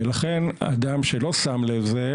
ולכן האדם שלא שם לב לזה,